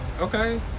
Okay